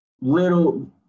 little